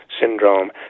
syndrome